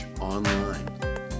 Online